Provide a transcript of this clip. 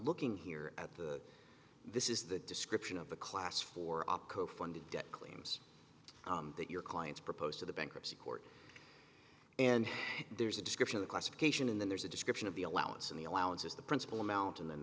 looking here at the this is the description of the class for op cofounded claims that your clients proposed to the bankruptcy court and there's a description of classification and then there's a description of the allowance and the allowance is the principal amount and then